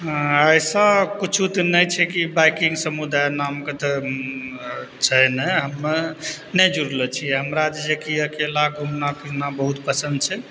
अइसा किछौ तऽ नहि छै कि बाइकिंग समुदाय नामके तऽ छै नहि हमे नहि जुड़लो छियै हमरा जे छै कि अकेला घूमना फिरना बहुत पसन्द छै